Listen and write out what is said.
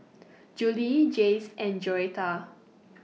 Juli Jayce and Joretta